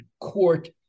court